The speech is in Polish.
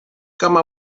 kama